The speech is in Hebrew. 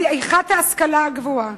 בדעיכת ההשכלה הגבוהה,